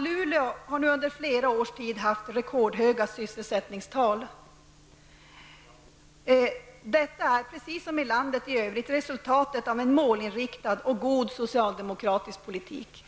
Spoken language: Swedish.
Luleå har nu under flera års tid haft rekordhöga sysselsättningstal. Detta är, liksom i landet i övrigt, resultatet av en målinriktad och god socialdemokratisk politik.